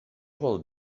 vol